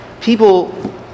People